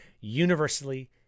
universally